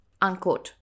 Unquote